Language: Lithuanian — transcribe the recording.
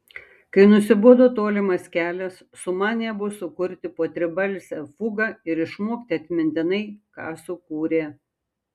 kai nusibodo tolimas kelias sumanė abu sukurti po tribalsę fugą ir išmokti atmintinai ką sukūrė